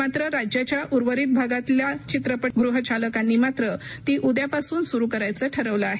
मात्र राज्याच्या उर्वरित भागातील चित्रपागृह चालकांनी मात्र ती उद्यापासून सुरू करायचं ठरवलं आहे